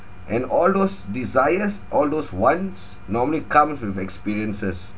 and all those desires all those wants normally comes with experiences